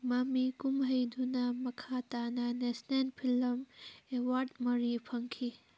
ꯃꯃꯤ ꯀꯨꯝꯍꯩꯗꯨꯅ ꯃꯈꯥ ꯇꯥꯅ ꯅꯦꯁꯅꯦꯟ ꯐꯤꯂꯝ ꯑꯦꯋꯥꯔꯠ ꯃꯔꯤ ꯐꯪꯈꯤ